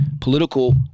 political